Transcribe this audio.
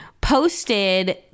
posted